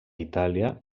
itàlia